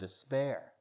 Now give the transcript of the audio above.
despair